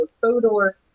Fodor